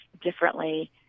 differently